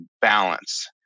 balance